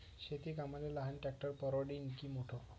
शेती कामाले लहान ट्रॅक्टर परवडीनं की मोठं?